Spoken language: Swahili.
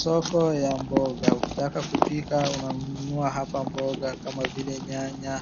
Soko ya mboga, ukitaka kupika unanunua hapa mboga kama vile nyanya,